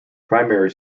primary